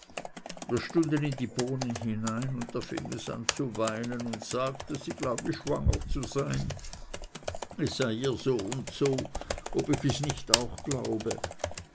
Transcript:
stunden in die bohnen hinein und da fing es an zu weinen und sagte sie glaube schwanger zu sein es sei ihr so und so ob ich es nicht auch glaube